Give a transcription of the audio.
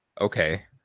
Okay